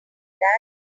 that